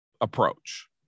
approach